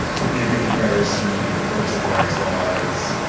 defeated the confederacy, enforce civil rights laws,